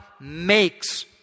makes